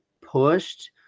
pushed